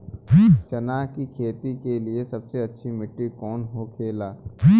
चना की खेती के लिए सबसे अच्छी मिट्टी कौन होखे ला?